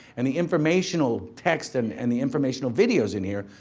and the informational text and and the informational videos in here,